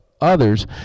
others